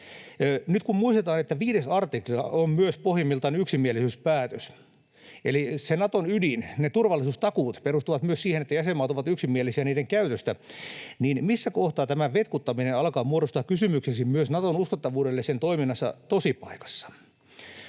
Nyt kun muistetaan, että myös 5 artikla eli se Naton ydin on pohjimmiltaan yksimielisyyspäätös — myös ne turvallisuustakuut perustuvat siihen, että jäsenmaat ovat yksimielisiä niiden käytöstä — niin missä kohtaa tämä vetkuttaminen alkaa muodostua kysymykseksi myös Naton uskottavuudesta sen toiminnassa tosipaikassa?